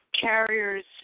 carriers